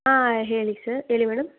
ಹಾಂ ಹೇಳಿ ಸರ್ ಹೇಳಿ ಮೇಡಮ್